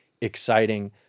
exciting